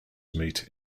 meet